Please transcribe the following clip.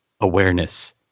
awareness